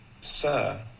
sir